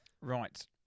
Right